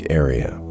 area